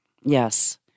Yes